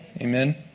Amen